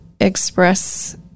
express